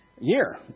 year